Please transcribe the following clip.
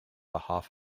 behalf